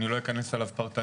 אני לא אכנס אליו באופן פרטני,